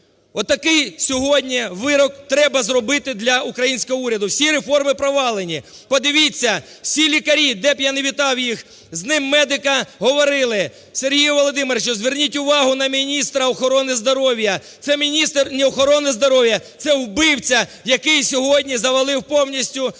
Отакий сьогодні вирок треба зробити для українського уряду. Всі реформи провалини. Подивіться, всі лікарі, де б я не вітав їх з Днем медика, говорили, Сергію Володимировичу, зверніть увагу на міністра охорони здоров'я. Це міністр не охорони здоров'я, це вбивця, який сьогодні завалив повністю реформу